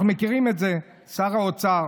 אנחנו מכירים את זה, שר האוצר.